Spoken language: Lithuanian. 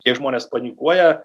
kiek žmonės panikuoja